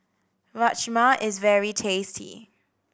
rajma is very tasty